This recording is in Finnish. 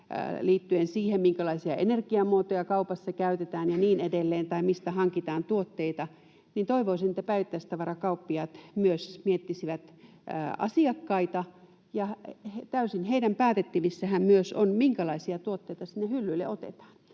liittyen siihen, minkälaisia energiamuotoja kaupassa käytetään ja niin edelleen, tai mistä hankitaan tuotteita, niin toivoisin, että päivittäistavarakauppiaat myös miettisivät asiakkaita. Täysin heidän päätettävissäänhän myös on, minkälaisia tuotteita sinne hyllyille otetaan.